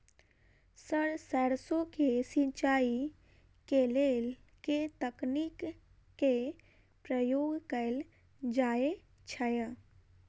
Sir सैरसो केँ सिचाई केँ लेल केँ तकनीक केँ प्रयोग कैल जाएँ छैय?